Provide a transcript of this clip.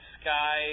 sky